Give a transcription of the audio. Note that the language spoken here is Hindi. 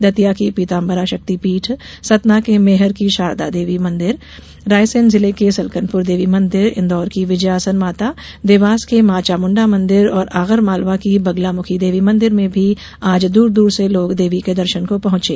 दतिया की पीतांबरा शक्तिपीठ सतना के मैहर की शारदा देवी मंदिर रायसेन जिले की सलकनपुर देवी मंदिर इंदौर की विजयासन माता देवास के मां चामुंडा मंदिर और आगर मालवा की बगुलामुखी देवी मंदिर में आज दूर दूर से लोग देवी दर्शन को पहंचे